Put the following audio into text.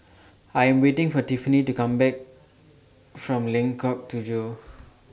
I Am waiting For Whitney to Come Back from Lengkok Tujoh